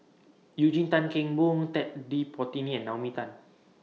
Eugene Tan Kheng Boon Ted De Ponti and Naomi Tan